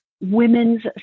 women's